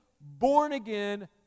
born-again